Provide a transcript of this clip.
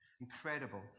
incredible